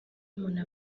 umuntu